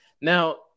Now